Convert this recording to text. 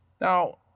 Now